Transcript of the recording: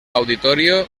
auditorio